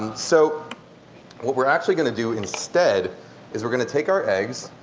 so what we're actually going to do instead is we're going to take our eggs.